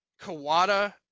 Kawada